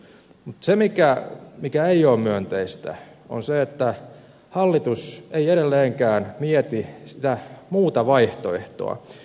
mutta se mikä ei ole myönteistä on se että hallitus ei edelleenkään mieti muuta vaihtoehtoa